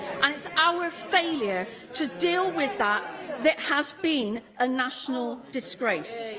and it's our failure to deal with that that has been a national disgrace.